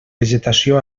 vegetació